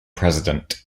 president